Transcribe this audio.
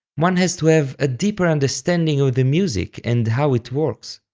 one has to have a deeper understanding of the music and how it works.